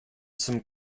some